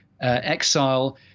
exile